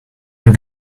you